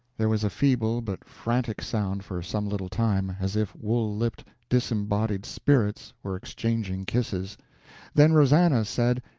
there was a feeble but frantic sound for some little time, as if wool-lipped, disembodied spirits were exchanging kisses then rosannah said,